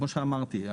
כמו שאמרתי.